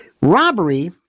Robbery